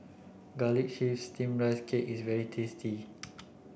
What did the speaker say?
garlic chives steamed rice cake is very tasty